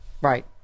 right